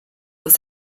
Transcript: dans